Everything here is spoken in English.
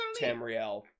Tamriel